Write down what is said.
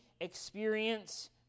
experience